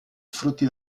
frutti